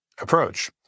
approach